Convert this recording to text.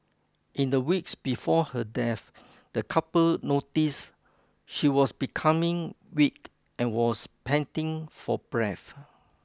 in the weeks before her death the couple noticed she was becoming weak and was panting for breath